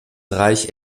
reich